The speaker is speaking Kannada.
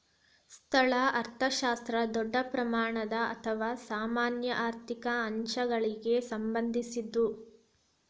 ಸ್ಥೂಲ ಅರ್ಥಶಾಸ್ತ್ರ ದೊಡ್ಡ ಪ್ರಮಾಣದ ಅಥವಾ ಸಾಮಾನ್ಯ ಆರ್ಥಿಕ ಅಂಶಗಳಿಗ ಸಂಬಂಧಿಸಿದ್ದು